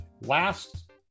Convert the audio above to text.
Last